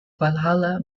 valhalla